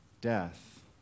death